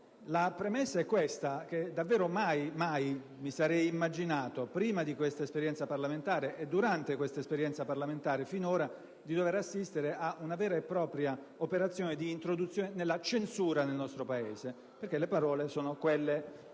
La premessa è che davvero mai mi sarei immaginato, prima di questa esperienza parlamentare e durante questa esperienza, di dover assistere ad una vera e propria operazione di introduzione della censura nel nostro Paese, perché le parole sono quelle